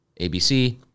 abc